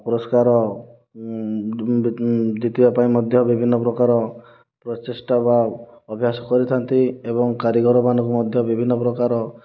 ପୁରସ୍କାର ଜିତବା ପାଇଁ ମଧ୍ୟ ବିଭିନ୍ନ ପ୍ରକାର ପ୍ରଚେଷ୍ଟା ବା ଅଭ୍ୟାସ କରିଥାନ୍ତି ଏବଂ କାରିଗର ମାନଙ୍କୁ ମଧ୍ୟ ବିଭିନ୍ନ ପ୍ରକାର